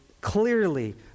clearly